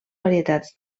varietats